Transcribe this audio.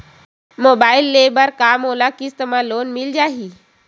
Mobile ले बर का मोला किस्त मा लोन मिल जाही?